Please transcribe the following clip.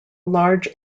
large